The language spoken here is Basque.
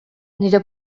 nire